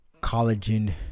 collagen